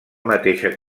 mateixa